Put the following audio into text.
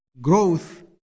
growth